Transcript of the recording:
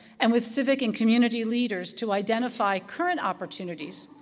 and with civic and community leaders to identify current opportunities,